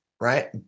right